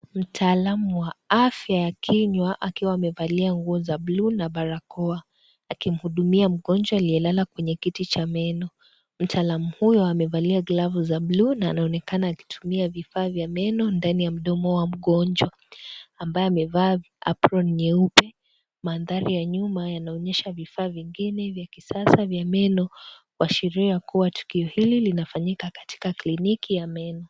Mtaalamu wa afya ya kinywa akiwa amevalia nguo za blue na barakoa akimhudumia mgonjwa aliyelala kwenye kiti cha meno mtaalamu huyo amevalia glavu za blue na anaonekana akitumia vifaa vya meno ndani ya mdomo wa mgonjwa ambaye amevaa apron nyeupe, mandhari ya nyuma yanaonyesha vifaa vingine vya kisasa vya meno kuashiria kuwa tukio hili linafanyika katika kliniki ya meno.